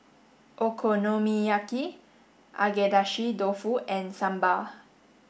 Okonomiyaki Agedashi Dofu and Sambar